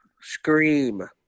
scream